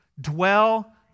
dwell